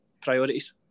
priorities